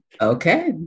Okay